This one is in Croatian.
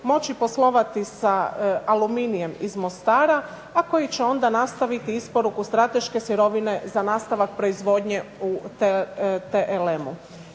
moći poslovati sa aluminijem iz Mostara, a koji će onda nastaviti isporuku strateške sirovine za nastavak proizvodnje u TLM-u.